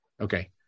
Okay